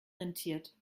rentiert